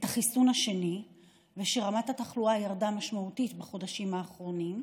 החיסון השני ושרמת התחלואה ירדה משמעותית בחודשים האחרונים,